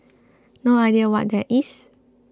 no idea what that is